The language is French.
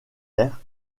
aires